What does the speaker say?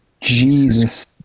jesus